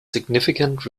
significant